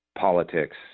politics